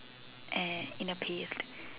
and in a paste